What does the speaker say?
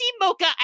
mocha